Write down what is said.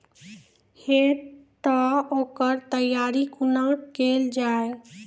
हेतै तअ ओकर तैयारी कुना केल जाय?